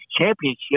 Championship